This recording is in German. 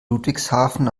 ludwigshafen